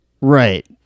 Right